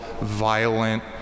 violent